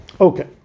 Okay